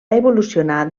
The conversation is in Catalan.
evolucionar